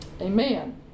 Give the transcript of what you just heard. Amen